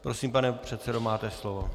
Prosím, pane předsedo, máte slovo.